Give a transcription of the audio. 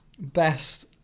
Best